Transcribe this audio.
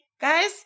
guys